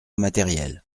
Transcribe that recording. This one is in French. matérielle